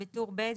בטור ב',